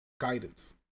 guidance